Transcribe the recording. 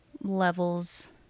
levels